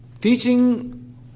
teaching